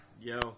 yo